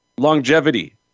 longevity